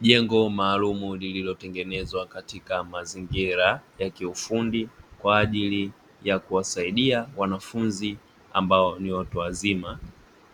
Jengo maalumu lililotengenezwa katika mazingira ya kiufundi kwa ajili ya kuwasaidia wanafunzi, ambao ni watu wazima